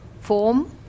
form